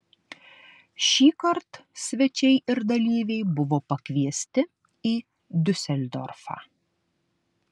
šįkart svečiai ir dalyviai buvo pakviesti į diuseldorfą